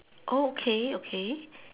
oh okay okay